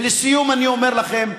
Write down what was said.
ולסיום אני אומר לכם,